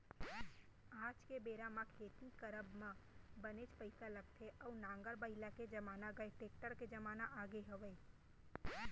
आज के बेरा म खेती करब म बनेच पइसा लगथे आज नांगर बइला के जमाना गय टेक्टर के जमाना आगे हवय